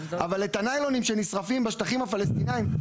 אבל את הניילונים שנשרפים בשטחים הפלסטינאים,